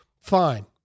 fine